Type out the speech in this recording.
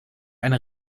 eine